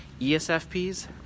ESFPs